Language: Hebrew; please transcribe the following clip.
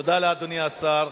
תודה לאדוני השר.